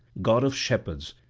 god of shepherds,